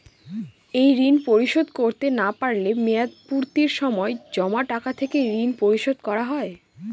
এই ঋণ পরিশোধ করতে না পারলে মেয়াদপূর্তির সময় জমা টাকা থেকে ঋণ পরিশোধ করা হয়?